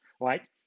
right